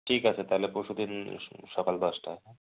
ঠিক আছে তাহলে পরশু দিন সকাল দশটায় হ্যাঁ